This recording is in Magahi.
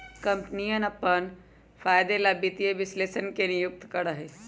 कम्पनियन अपन फायदे ला वित्तीय विश्लेषकवन के नियुक्ति करा हई